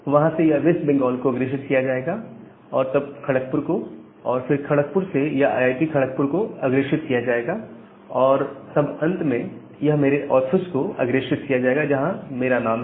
वहां से यह वेस्ट बंगाल को अग्रेषित किया जाएगा और तब खड़कपुर को और फिर खड़कपुर से यह आईआईटी खड़कपुर को अग्रेषित किया जाएगा और तब अंत में यह मेरे ऑफिस को अग्रेषित किया जाएगा जहां पर मेरा नाम है